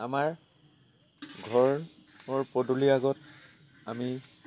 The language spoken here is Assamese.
আমাৰ ঘৰৰ পদূলিৰ আগত আমি